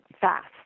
fast